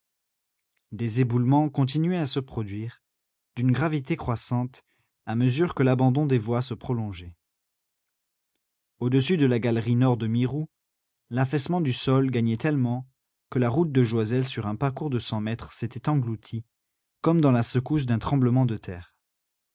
des éboulements continuaient à se produire d'une gravité croissante à mesure que l'abandon des voies se prolongeait au-dessus de la galerie nord de mirou l'affaissement du sol gagnait tellement que la route de joiselle sur un parcours de cent mètres s'était engloutie comme dans la secousse d'un tremblement de terre